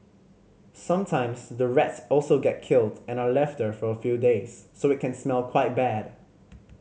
sometimes the rats also get killed and are left there for a few days so it can smell quite bad